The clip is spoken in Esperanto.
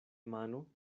mano